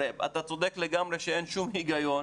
אתה צודק לגמרי שאין שום הגיון